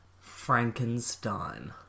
Frankenstein